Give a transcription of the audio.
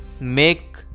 make